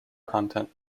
content